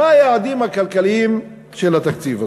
מה היעדים הכלכליים של התקציב הזה?